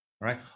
right